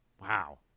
Wow